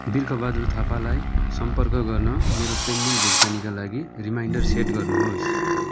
बिर्ख बहादुर थापालाई सम्पर्क गर्न मेरो पेन्डिङ भुक्तानीका लागि रिमाइन्डर सेट गर्नुहोस्